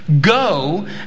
go